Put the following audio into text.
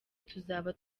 tuzaba